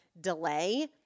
delay